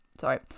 sorry